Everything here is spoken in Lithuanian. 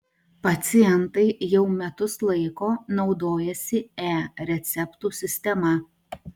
pacientai jau metus laiko naudojasi e receptų sistema